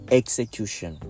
execution